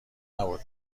نبود